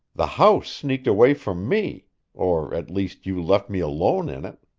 the house sneaked away from me or, at least you left me alone in it.